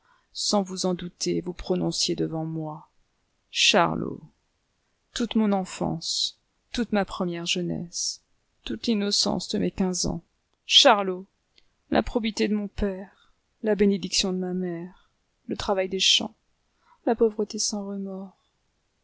sans vous en douter vous prononciez devant moi charlot toute mon enfance toute ma première jeunesse toute l'innocence de mes quinze ans charlot la probité de mon père la bénédiction de ma mère le travail des champs la pauvreté sans remords